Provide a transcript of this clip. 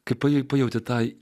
kai pajėgti pajauti tai